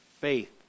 faith